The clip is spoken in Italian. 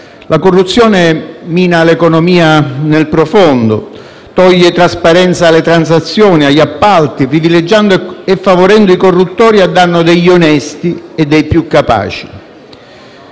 La corruzione mina l'economia nel profondo, toglie trasparenza alle transazioni e agli appalti, privilegiando e favorendo i corruttori a danno degli onesti e dei più capaci.